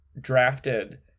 drafted